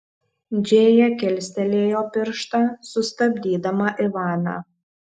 džėja kilstelėjo pirštą sustabdydama ivaną